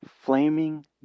flaming